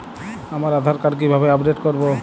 আমার আধার কার্ড কিভাবে আপডেট করব?